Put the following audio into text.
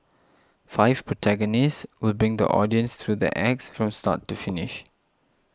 five protagonists will bring the audience through the acts from start to finish